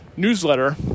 newsletter